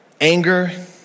Anger